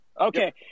Okay